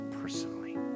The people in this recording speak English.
personally